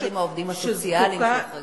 יחד עם העובדים הסוציאליים הם הוחרגו.